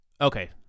Okay